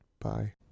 Bye